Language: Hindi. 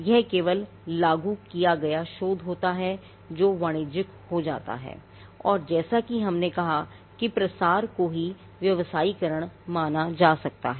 यह केवल लागू किया गया शोध होता है जो वाणिज्यिक हो जाता है और जैसा कि हमने कहा कि प्रसार को ही व्यावसायीकरण माना जा सकता है